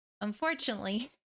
unfortunately